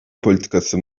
politikası